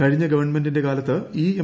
കഴിഞ്ഞ ഗവൺമെന്റിന്റെ കാലത്ത് എം